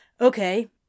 Okay